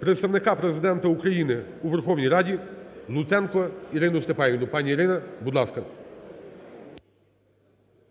Представника Президента України у Верховній Раді Луценко Ірину Степанівну. Пані Ірина, будь ласка.